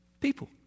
people